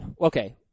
okay